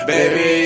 Baby